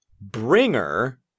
Bringer